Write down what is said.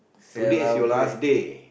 today is your last day